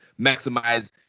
maximize